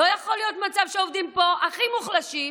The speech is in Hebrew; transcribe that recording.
לא יכול להיות מצב שהעובדים הכי מוחלשים